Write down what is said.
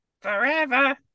Forever